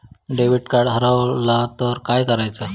Debit card हरवल तर काय करायच?